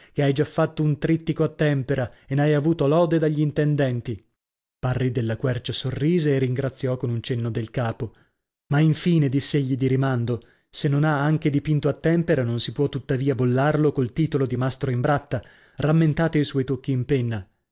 che hai già fatto un trittico a tempera e n'hai avuto lode dagli intendenti parri della quercia sorrise e ringraziò con un cenno del capo ma infine diss'egli di rimando se non ha anche dipinto a tempera non si può tuttavia bollarlo col titolo di mastro imbratta rammentate i suoi tocchi in penna